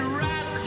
right